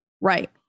Right